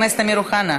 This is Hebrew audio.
חבר הכנסת אמיר אוחנה.